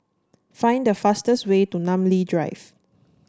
find the fastest way to Namly Drive